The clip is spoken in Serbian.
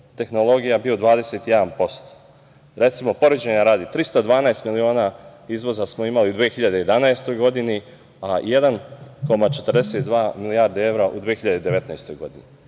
bio 21%. Recimo, poređenja radi, 312 miliona izvoza smo imali u 2011. godini, a 1,42 milijarde evra u 2019. godini.